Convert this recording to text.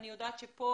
אני יודעת שיש כאן